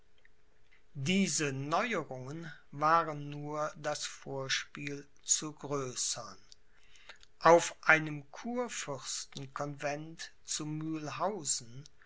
diese neuerungen waren nur das vorspiel zu größern auf einem kurfürstenconvent zu